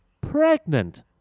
Pregnant